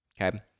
Okay